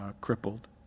crippled